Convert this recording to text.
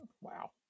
Wow